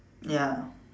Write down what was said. ya